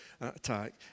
attack